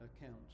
account